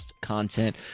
content